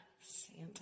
Santa